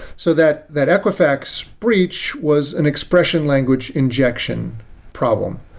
so that that equifax breach was an expression language injection problem.